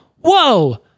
Whoa